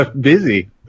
Busy